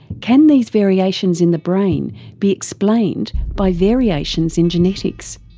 can these variations in the brain be explained by variations in genetics?